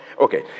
Okay